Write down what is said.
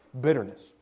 bitterness